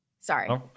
Sorry